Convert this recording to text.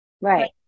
Right